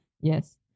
Yes